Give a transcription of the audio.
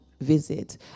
visit